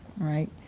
right